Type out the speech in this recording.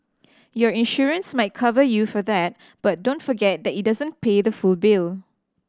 your insurance might cover you for that but don't forget that it doesn't pay the full bill